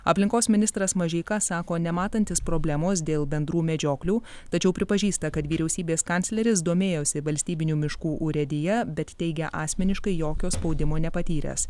aplinkos ministras mažeika sako nematantis problemos dėl bendrų medžioklių tačiau pripažįsta kad vyriausybės kancleris domėjosi valstybinių miškų urėdija bet teigia asmeniškai jokio spaudimo nepatyręs